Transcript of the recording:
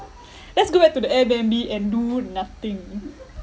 let's go back to the airbnb and do nothing